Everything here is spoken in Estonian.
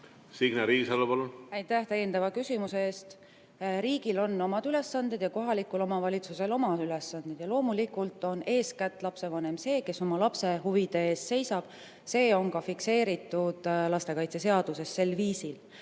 Signe Riisalo, palun! Aitäh täiendava küsimuse eest! Riigil on oma ülesanded ja kohalikul omavalitsusel oma ülesanded ning loomulikult on eeskätt lapsevanem see, kes oma lapse huvide eest seisab. See on ka lastekaitseseaduses sel viisil